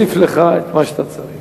אני אוסיף לך את מה שאתה צריך.